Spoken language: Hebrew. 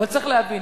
אבל צריך להבין,